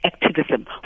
activism